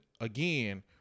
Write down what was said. again